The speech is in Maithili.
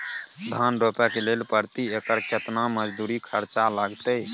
धान रोपय के लेल प्रति एकर केतना मजदूरी खर्चा लागतेय?